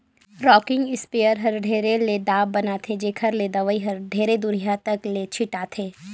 rocking sprayer हर ढेरे के दाब बनाथे जेखर ले दवई हर ढेरे दुरिहा तक ले छिटाथे